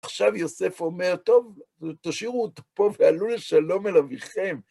עכשיו יוסף אומר, טוב, תשאירו אותו פה ועלו לשלום אל אביכם.